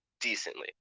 decently